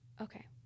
okay